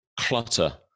Clutter